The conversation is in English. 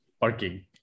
parking